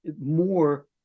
more